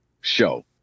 show